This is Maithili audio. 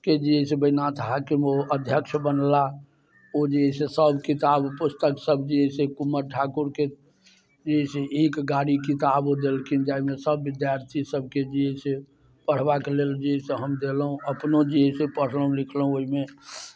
के जे अइ से वैद्यनाथ हाकिम ओ अध्यक्ष बनलाह ओ जे अइ से सभ किताब पुस्तकसभ जे अइ से कुँवर ठाकुरके जे अइ से एक गाड़ी किताब ओ देलखिन जाहिमे सभ विद्यार्थीसभके जे अइ से पढ़बाके लेल जे अइ से हम देलहुँ अपनो जे अइ से पढ़लहुँ लिखलहुँ ओहिमे